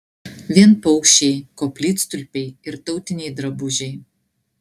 vien paukščiai koplytstulpiai ir tautiniai drabužiai